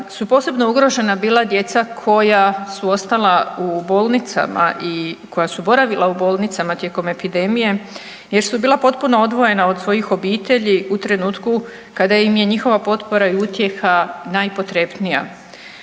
su posebno ugrožena bila djeca koja su ostala u bolnicama i koja su boravila u bolnicama tijekom epidemije jer su bila potpuno odvojena od svojih obitelji u trenutku kada im je njihova potpora i utjeha najpotrebnija.